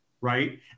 right